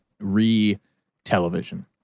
re-television